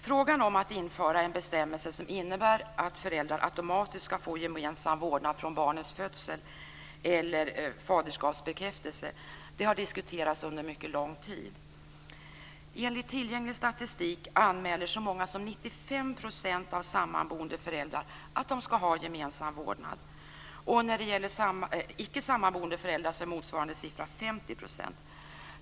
Frågan om att införa en bestämmelse som innebär att föräldrar automatiskt får gemensam vårdnad från barnets födelse eller faderskapsbekräftelse har diskuterats under lång tid. Enligt tillgänglig statistik anmäler så många som 95 % av sammanboende föräldrar att de ska ha gemensam vårdnad. När det gäller icke sammanboende föräldrar är motsvarande siffra 50 %.